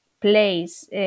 place